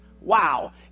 Wow